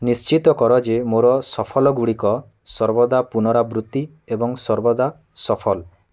ନିଶ୍ଚିତ କର ଯେ ମୋର ସଫଲଗୁଡ଼ିକ ସର୍ବଦା ପୁନରାବୃତ୍ତି ଏବଂ ସର୍ବଦା ସଫଲ୍